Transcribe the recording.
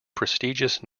prestigious